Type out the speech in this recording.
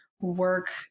work